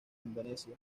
indonesia